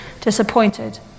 disappointed